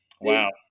wow